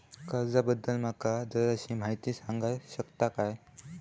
कर्जा बद्दल माका जराशी माहिती सांगा शकता काय?